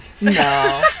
no